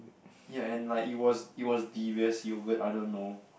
ya and like it was it was the best yogurt I don't know